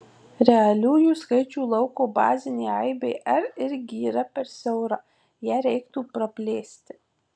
realiųjų skaičių lauko bazinė aibė r irgi yra per siaura ją reiktų praplėsti